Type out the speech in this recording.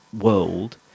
world